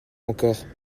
encore